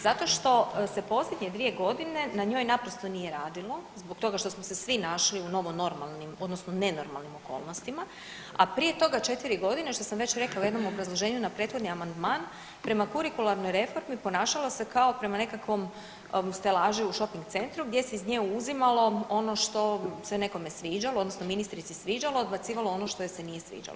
Zato što se posljednje dvije godine na njoj naprosto nije radilo zbog toga što smo se svi našli u novo normalnim odnosno nenormalnim okolnostima, a prije toga 4 godine, što sam već rekla u jednom obrazloženju na prethodni amandman, prema kurikularnoj reformi ponašalo se kao prema nekakvom stelaži u šoping centru gdje se iz nje uzimalo ono što se nekome sviđalo odnosno ministrici sviđalo, odbacivalo ono što joj se nije sviđalo.